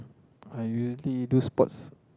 I usually do sports